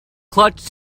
clutch